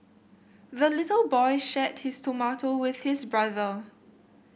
the little boy shared his tomato with his brother